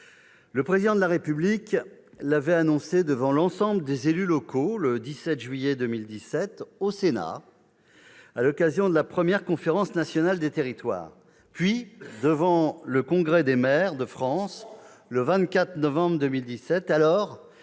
Le Président de la République avait annoncé cette création devant l'ensemble des élus locaux le 17 juillet 2017 au Sénat à l'occasion de la première Conférence nationale des territoires, puis devant le Congrès des maires de France le 24 novembre 2017 alors